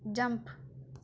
jump